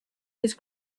his